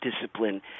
discipline